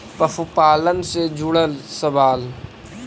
पशुपालन से जुड़ल सवाल?